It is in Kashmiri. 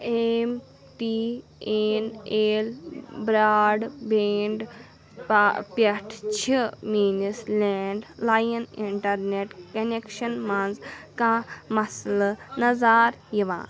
M T N L broadband پا پٮ۪ٹھ چھِ میٛٲنِس لینٛڈ لایِن اِنٹرنٮ۪ٹ کنٮ۪کشن منٛز کانٛہہ مسلہٕ نظار یِوان